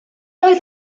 oedd